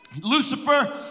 Lucifer